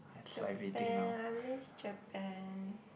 Japan I miss Japan